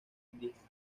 indígenas